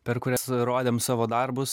per kurias rodėm savo darbus